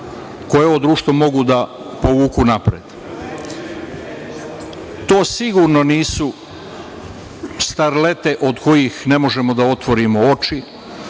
koje ovo društvo mogu da povuku napred. To sigurno nisu starlete od kojih ne možemo da otvorimo oči,